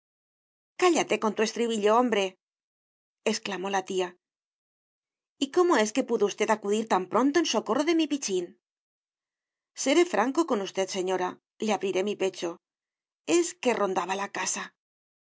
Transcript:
cállate con tu estribillo hombreexclamó la tía y cómo es que pudo usted acudir tan pronto en socorro de mi pichín seré franco con usted señora le abriré mi pecho es que rondaba la casa